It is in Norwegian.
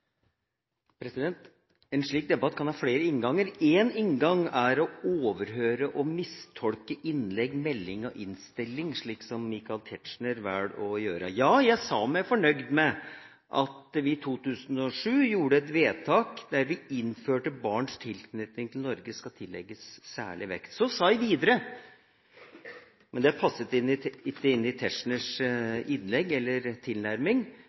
Folkeparti. En slik debatt kan ha flere innganger. Én inngang er å overhøre og mistolke innlegg, melding og innstilling, slik Michael Tetzschner velger å gjøre. Ja, jeg sa meg fornøyd med at vi i 2007 gjorde et vedtak der vi innførte at barns tilknytning til Norge skal tillegges særlig vekt. Så sa jeg videre – men det passet ikke inn i Tetzschners innlegg eller tilnærming